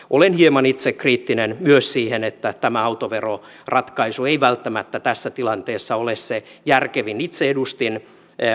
olen hieman itsekriittinen myös siihen että tämä autoveroratkaisu ei välttämättä tässä tilanteessa ole se järkevin itse edustin